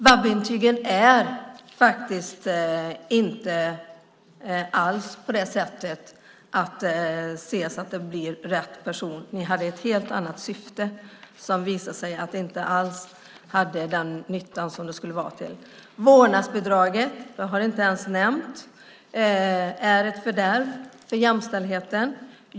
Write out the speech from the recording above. VAB-intyget är inte alls till för att se att det blir rätt person. Ni hade ett helt annat syfte med det, och det har visat sig att det inte alls har haft någon nytta där. Vårdnadsbidraget, som jag inte har nämnt, är ett fördärv för jämställdheten.